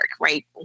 right